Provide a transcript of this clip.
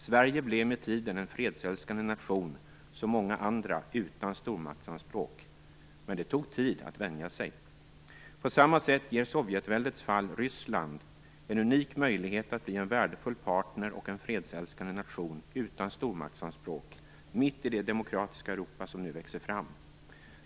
Sverige blev med tiden en fredsälskande nation som många andra utan stormaktsanspråk. Men det tog tid att vänja sig. På samma sätt ger Sovjetväldets fall Ryssland en unik möjlighet att bli en värdefull partner och en fredsälskande nation utan stormaktsanspråk mitt i det demokratiska Europa som nu växer fram.